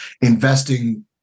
investing